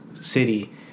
City